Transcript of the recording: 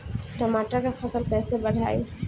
टमाटर के फ़सल कैसे बढ़ाई?